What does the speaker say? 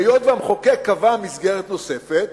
והיות שהמחוקק קבע מסגרת נוספת